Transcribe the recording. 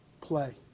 play